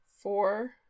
four